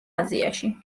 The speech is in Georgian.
აზიაში